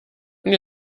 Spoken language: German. und